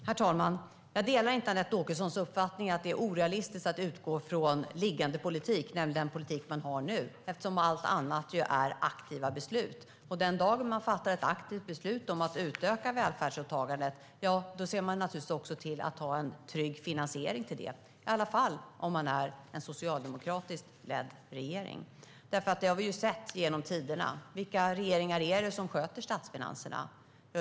Herr talman! Jag delar inte Anette Åkessons uppfattning att det är orealistiskt att utgå från liggande politik, nämligen den politik man har nu, eftersom allt annat ju är aktiva beslut. Den dag man fattar ett aktivt beslut om att utöka välfärdsåtagandet ser man naturligtvis också till att man har en trygg finansiering av det, i alla fall om man är en socialdemokratiskt ledd regering. Vi har genom tiderna sett vilka regeringar som sköter statsfinanserna.